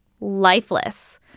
lifeless